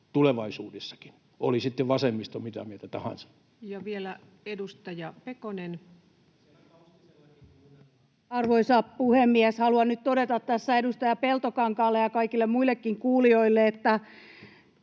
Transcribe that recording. Kaustisellakin kuunnellaan tätä keskustelua!] Ja vielä edustaja Pekonen. Arvoisa puhemies! Haluan nyt todeta tässä edustaja Peltokankaalle ja kaikille muillekin kuulijoille, että